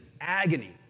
agony